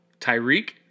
Tyreek